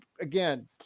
Again